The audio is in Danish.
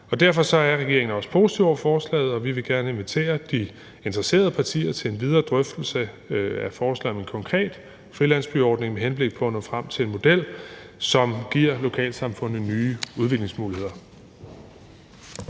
Derfor er regeringen også positiv over for forslaget, og vi vil gerne invitere de interesserede partier til en videre drøftelse af forslaget om en konkret frilandsbyordning med henblik på at nå frem til en model, som giver lokalsamfundene nye udviklingsmuligheder.